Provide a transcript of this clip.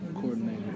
coordinator